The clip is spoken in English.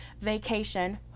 vacation